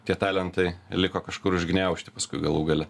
tie talentai liko kažkur užgniaužti paskui galų gale